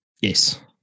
Yes